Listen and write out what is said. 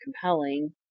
compelling